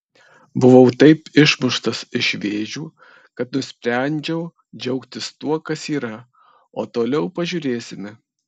buvau taip išmuštas iš vėžių kad nusprendžiau džiaugtis tuo kas yra o toliau pažiūrėsime